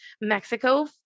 Mexico